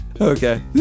Okay